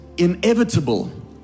inevitable